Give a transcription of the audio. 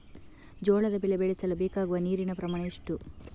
ಜೋಳದ ಬೆಳೆ ಬೆಳೆಸಲು ಬೇಕಾಗುವ ನೀರಿನ ಪ್ರಮಾಣ ಎಷ್ಟು?